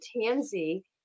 tansy